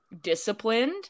disciplined